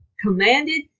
commanded